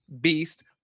Beast